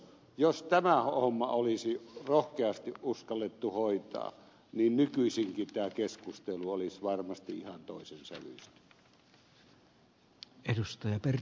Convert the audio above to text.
jos tämä homma olisi rohkeasti uskallettu hoitaa niin nykyisin tämä keskustelukin olisi varmasti ihan toisen sävyistä